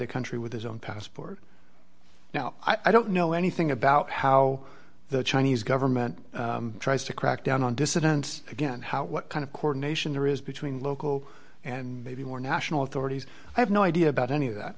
the country with his own passport now i don't know anything about how the chinese government tries to crackdown on dissidents again how what kind of coronation there is between local and maybe more national authorities i have no idea about any of that